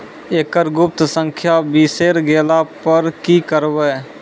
एकरऽ गुप्त संख्या बिसैर गेला पर की करवै?